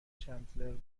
چندلر